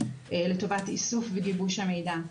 לטובת איסוף וגיבוש המידע.